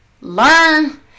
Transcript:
Learn